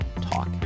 Talk